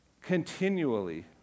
Continually